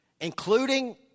including